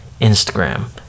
Instagram